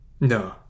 no